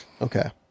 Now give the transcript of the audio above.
Okay